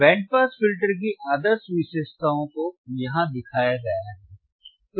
band pass filter की आदर्श विशेषताओं को यहां दिखाया गया है